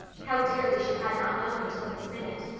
how dearly she had not known until this minute.